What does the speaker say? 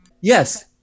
Yes